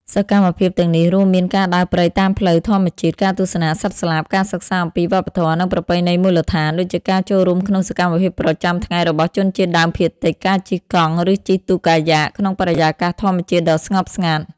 សកម្មភាពទាំងនេះរួមមាន ការដើរព្រៃតាមផ្លូវធម្មជាតិ ការទស្សនាសត្វស្លាប ការសិក្សាអំពីវប្បធម៌ និងប្រពៃណីមូលដ្ឋាន ដូចជាការចូលរួមក្នុងសកម្មភាពប្រចាំថ្ងៃរបស់ជនជាតិដើមភាគតិច ការជិះកង់ ឬជិះទូកកាយ៉ាក់ក្នុងបរិយាកាសធម្មជាតិដ៏ស្ងប់ស្ងាត់។